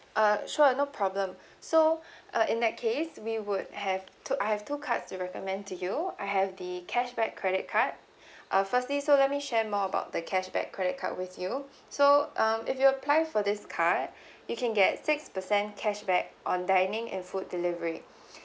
uh sure no problem so uh in that case we would have two I have two cards to recommend to you I have the cashback credit card uh firstly so let me share more about the cashback credit card with you so um if you apply for this card you can get six percent cashback on dining and food delivery